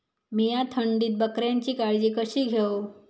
मीया थंडीत बकऱ्यांची काळजी कशी घेव?